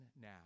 now